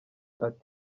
ati